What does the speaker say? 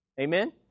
Amen